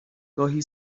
گاهی